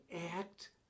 act